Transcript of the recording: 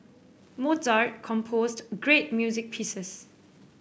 Mozart composed great music pieces